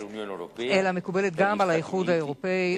אלא מקובל גם על האיחוד האירופי,